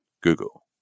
Google